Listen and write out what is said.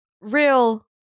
real